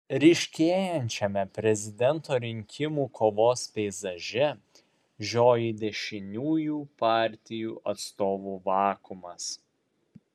ryškėjančiame prezidento rinkimų kovos peizaže žioji dešiniųjų partijų atstovų vakuumas